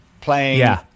playing